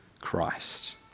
Christ